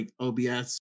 OBS